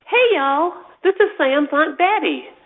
hey, y'all. this is sam's aunt betty.